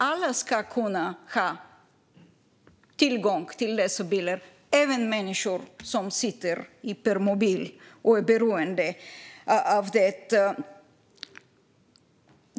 Alla ska kunna ha tillgång till dessa bilar, även människor som sitter i permobil och som är beroende av detta.